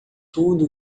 tudo